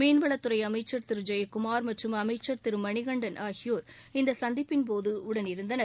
மீன்வளத்துறை அமைச்சர் திரு ஜெயக்குமார் மற்றும் அமைச்சர் திரு மணிகண்டன் ஆகியோர் இந்த சந்திப்பின் போது உடனிருந்தனர்